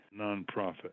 nonprofit